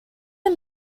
are